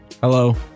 Hello